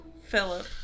Philip